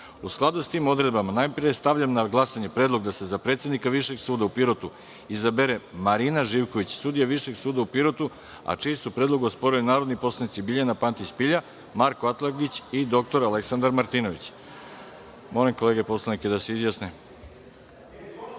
skladu s tim odredbama, najpre stavljam na glasanje Predlog da se za predsednika Višeg suda u Pirotu izabere Marina Živković, sudija Višeg suda u Pirotu, a čiji su predlog osporili narodni poslanici Biljana Pantić Pilja, Marko Atlagić i dr Aleksandar Martinović. Molim kolege da se izjasne. Zaključujem